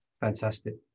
Fantastic